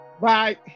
bye